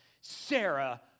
Sarah